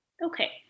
Okay